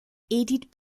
edith